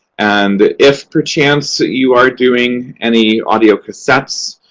and if perchance you are doing any audiocassettes,